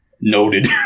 Noted